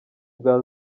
bwa